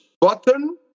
button